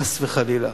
חס וחלילה,